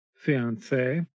fiance